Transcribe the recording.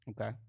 Okay